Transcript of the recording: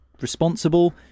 responsible